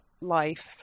life